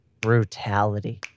brutality